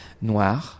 Noir